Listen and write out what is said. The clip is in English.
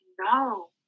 No